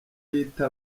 yita